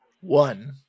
One